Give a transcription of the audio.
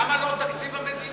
אז למה לא על תקציב המדינה?